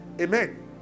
Amen